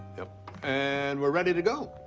yep and we're ready to go.